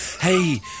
Hey